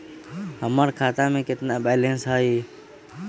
हमर खाता में केतना बैलेंस हई?